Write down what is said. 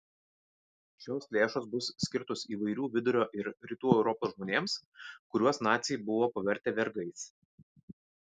šios lėšos bus skirtos įvairių vidurio ir rytų europos žmonėms kuriuos naciai buvo pavertę vergais